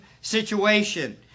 situation